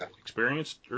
experienced